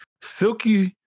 silky